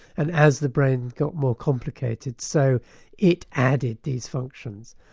and as the brain got more complicated, so it added these functions.